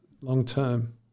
long-term